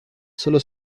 solo